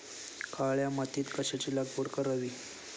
काळ्या मातीत कशाची लागवड करावी?